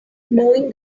knowing